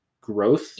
growth